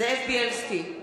זאב בילסקי,